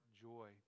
joy